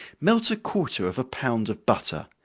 melt a quarter of a pound of butter,